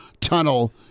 tunnel